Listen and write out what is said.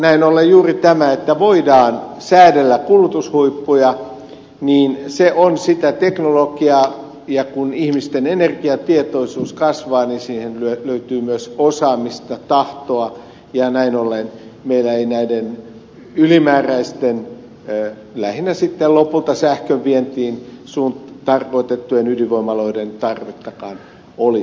näin ollen juuri tämä että voidaan säädellä kulutushuippuja on sitä teknologiaa ja kun ihmisten energiatietoisuus kasvaa niin siihen löytyy myös osaamista tahtoa ja näin ollen meillä ei näiden ylimääräisten lähinnä sitten lopulta sähkönvientiin tarkoitettujen ydinvoimaloiden tarvettakaan olisi